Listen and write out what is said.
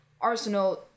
Arsenal